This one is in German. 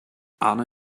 arne